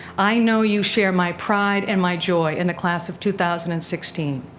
i know you share my pride and my joy in the class of two thousand and sixteen.